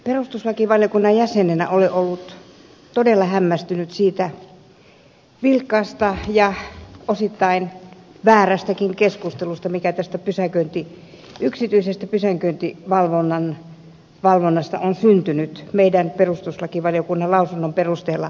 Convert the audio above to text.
perustuslakivaliokunnan jäsenenä olen ollut todella hämmästynyt siitä vilkkaasta ja osittain väärästäkin keskustelusta mikä tästä yksityisestä pysäköinninvalvonnasta on syntynyt meidän perustuslakivaliokunnan lausunnon perusteella